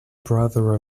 brother